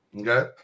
Okay